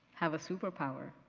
have a super power.